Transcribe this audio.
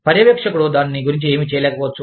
పర్యవేక్షకుడు దాని గురించి ఏమీ చేయలేకపోవచ్చు